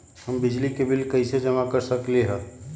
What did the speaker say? हम बिजली के बिल कईसे जमा कर सकली ह?